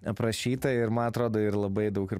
aprašyta ir man atrodo ir labai daug ir